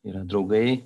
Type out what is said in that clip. yra draugai